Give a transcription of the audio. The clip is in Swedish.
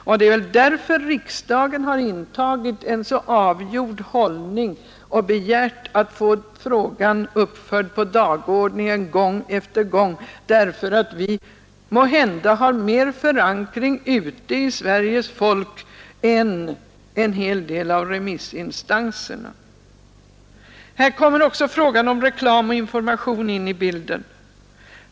Och att riksdagen har intagit en så avgjord hållning och begärt att få frågan uppförd på dagordningen gång efter gång beror väl just på att vi riksdagsledamöter har mera förankring ute i Sveriges folk än en hel del av remissinstanserna. Här kommer också frågan om reklam och information in i bilden.